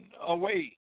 away